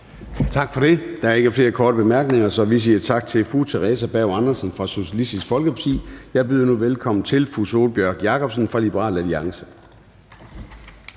Gade): Der er ikke flere korte bemærkninger, så vi siger tak til fru Theresa Berg Andersen fra Socialistisk Folkeparti. Jeg byder nu velkommen til fru Sólbjørg Jakobsen fra Liberal Alliance.